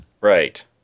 Right